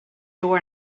door